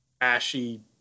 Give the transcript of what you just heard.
ashy